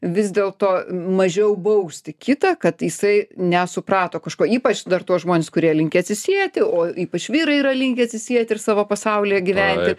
vis dėlto mažiau bausti kitą kad jisai nesuprato kažko ypač dar tuos žmones kurie linkę atsisieti o ypač vyrai yra linkę atsisieti ir savo pasaulyje gyventi